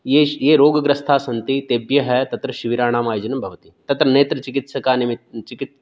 येष् ये रोगग्रस्थाः सन्ति तेभ्यः तत्र शिबिराणाम् आयोजनं भवति तत्र नेत्रचिकित्सका निमि चिकि